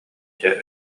дьэ